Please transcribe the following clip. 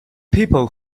people